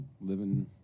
living